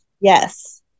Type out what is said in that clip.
Yes